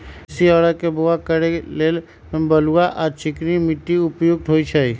देशी औरा के बाओ करे लेल बलुआ आ चिकनी माटि उपयुक्त होइ छइ